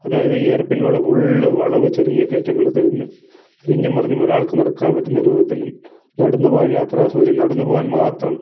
അതായത് hairpin വളവ് full വളവ് ചെറിയ കേറ്റങ്ങൾ തിരിഞ്ഞ് തിരിഞ്ഞും മറിഞ്ഞും ഒരാൾക്ക് നടക്കാൻ പറ്റുന്ന രൂപത്തിൽ നടന്നു പോകാൻ യാത്ര സൗകര്യം നടന്നു പോകാൻ മാത്രം